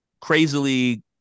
crazily